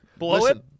Listen